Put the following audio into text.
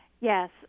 Yes